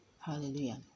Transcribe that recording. hallelujah